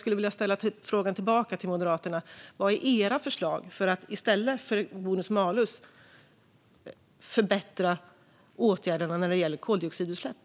Därför vill jag återgälda en fråga till Moderaterna: Vad är era förslag för att i stället för genom bonus-malus förbättra åtgärderna mot koldioxidutsläpp?